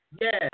Yes